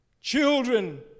children